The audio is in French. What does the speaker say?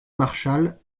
marshall